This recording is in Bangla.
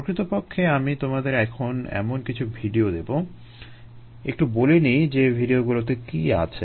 প্রকৃতপক্ষে আমি তোমাদের এখন এমন কিছু ভিডিও দেবো একটু বলে নিই যে ভিডিওগুলোতে কী আছে